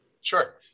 Sure